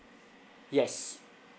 yes